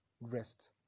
rest